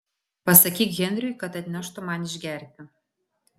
pasakyk henriui kad atneštų man išgerti